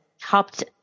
helped